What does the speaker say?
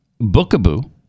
Bookaboo